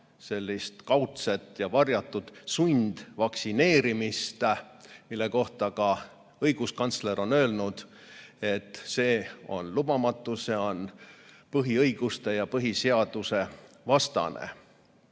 viia kaudset ja varjatud sundvaktsineerimist, mille kohta ka õiguskantsler on öelnud, et see on lubamatu, see on põhiõiguste ja põhiseaduse vastane. Kahjuks